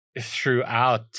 throughout